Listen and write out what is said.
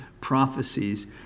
prophecies